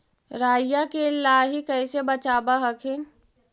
राईया के लाहि कैसे बचाब हखिन?